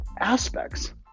aspects